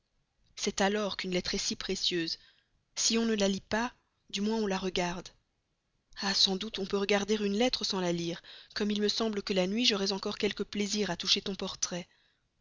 c'est alors qu'une lettre est précieuse si on ne la lit pas du moins on la regarde ah sans doute on peut regarder une lettre sans la lire comme il me semble que la nuit j'aurais encore quelque plaisir à toucher ton portrait